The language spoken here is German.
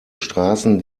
straßen